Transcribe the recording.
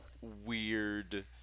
weird